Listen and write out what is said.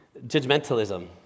judgmentalism